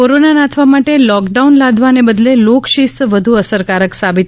corona નાથવા માટે lockdown લાદવાને બદલે લોક શિસ્ત વધુ અસરકારક સાબિત